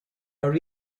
are